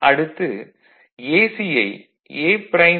அடுத்து AC ஐ A prime